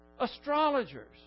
Astrologers